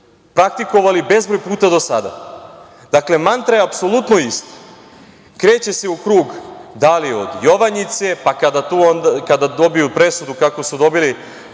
praktikovali bezbroj puta do sada. Dakle, mantra je apsolutno ista. Kreće se u krug, da li od Jovanjice, pa kada dobiju presudu kakvu su dobili,